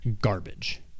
garbage